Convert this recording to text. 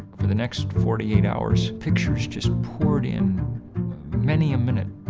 for the next forty eight hours, pictures just poured in but many a minute.